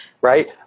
right